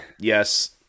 Yes